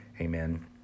Amen